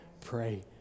pray